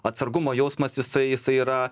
atsargumo jausmas jisai jisai yra